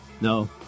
no